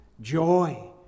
joy